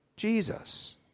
Jesus